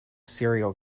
serial